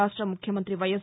రాష్ట ముఖ్యమంత్రి Y yes